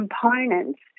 components